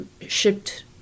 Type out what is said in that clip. shipped